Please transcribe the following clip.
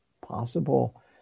possible